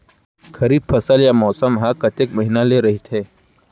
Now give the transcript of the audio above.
खरीफ फसल या मौसम हा कतेक महिना ले रहिथे?